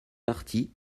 parties